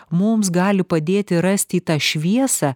mums gali padėti rast į tą šviesą